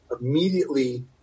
immediately